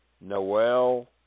Noel